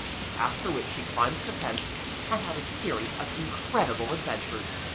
after which she climbed the fence and had a series of incredible adventures,